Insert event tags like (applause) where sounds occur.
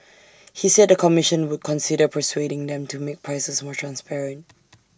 he said the commission would consider persuading them to make prices more transparent (noise)